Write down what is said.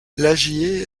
lagier